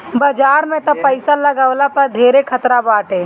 बाजार में तअ पईसा लगवला पअ धेरे खतरा बाटे